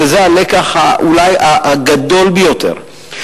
וזה אולי הלקח הגדול ביותר,